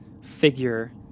figure